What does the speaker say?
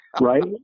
Right